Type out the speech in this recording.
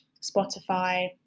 spotify